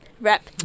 Wrap